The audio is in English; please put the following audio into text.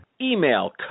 Email